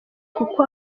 kuko